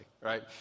right